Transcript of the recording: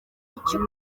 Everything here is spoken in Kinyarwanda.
icyo